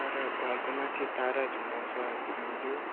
तारा घरको माथि तारा झुन्डाउँछ हामीले